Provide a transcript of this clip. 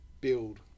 build